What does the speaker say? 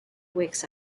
weeks